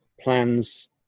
plans